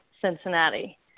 Cincinnati